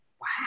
wow